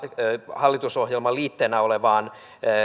hallitusohjelman liitteenä olevaan